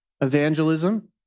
Evangelism